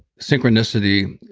synchronicity,